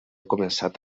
començat